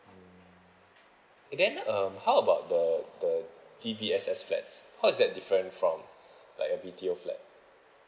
mm then um how about the the D_B_S_S flats how is that diferrent from like a B_T_O flat